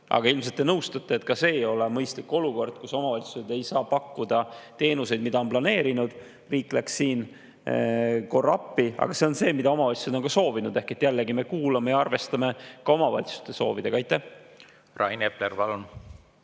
Aga ilmselt te nõustute, et ka see ei ole mõistlik olukord, kus omavalitsused ei saa pakkuda teenuseid, mida on planeerinud. Riik läks siin korra appi. Aga see on see, mida omavalitsused on soovinud, ehk jällegi me kuulame ja arvestame ka omavalitsuste soovidega. Aitäh! Kena, et minu